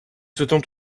souhaitons